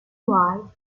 light